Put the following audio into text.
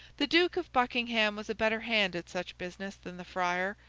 the duke of buckingham was a better hand at such business than the friar,